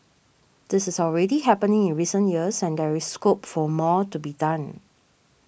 this is already happening in recent years and there is scope for more to be done